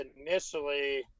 initially